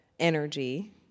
energy